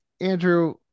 Andrew